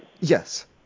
Yes